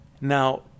Now